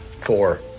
Four